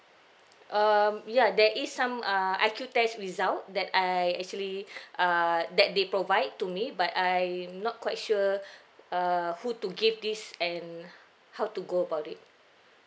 um ya there is some uh I_Q test result that I actually err that they provide to me but I'm not quite sure err who to give this and how to go about it